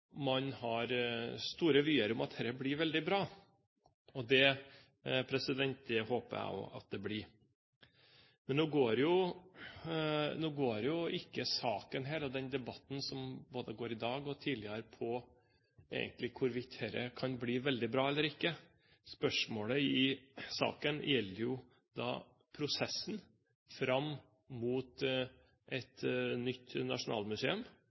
man har store vyer om at dette blir veldig bra, og det håper jeg også at det blir. Men nå går jo ikke debatten i dag og den som har gått tidligere, egentlig på hvorvidt dette kan bli veldig bra eller ikke. Spørsmålet i saken gjelder prosessen fram mot et nytt nasjonalmuseum